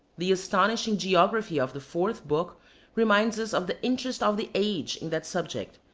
the astonishing geography of the fourth book reminds us of the interest of the age in that subject,